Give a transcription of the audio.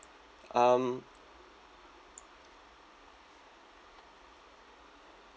um